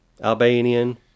Albanian